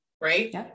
right